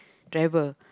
driver